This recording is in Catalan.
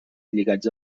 lligats